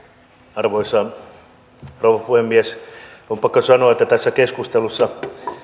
arvoisa rouva puhemies on pakko sanoa että tässä keskustelussa